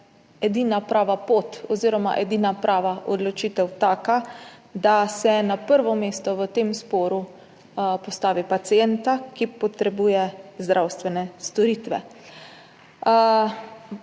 edina prava pot oziroma edina prava odločitev taka, da se na prvo mesto v tem sporu postavi pacienta, ki potrebuje zdravstvene storitve.